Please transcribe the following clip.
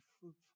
fruitful